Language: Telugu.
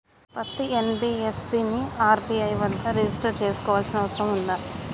పత్తి ఎన్.బి.ఎఫ్.సి ని ఆర్.బి.ఐ వద్ద రిజిష్టర్ చేసుకోవాల్సిన అవసరం ఉందా?